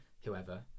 whoever